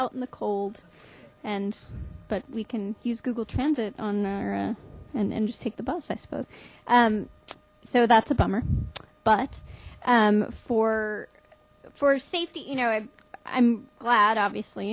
out in the cold and but we can use google transit on there and just take the bus i suppose um so that's a bummer but for for safety you know i i'm glad obviously